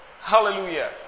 Hallelujah